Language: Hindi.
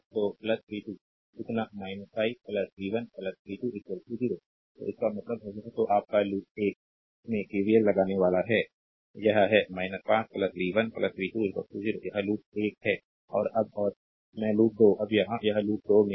तो v 2 इतना 5 v 1 v 2 0 तो इसका मतलब है यह तो आप का लूप 1 में KVL लगाने वाला यह है 5 v 1 v 2 0 यह लूप 1 है अब और में लूप 2 अब यहाँ यह लूप 2 में है